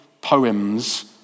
poems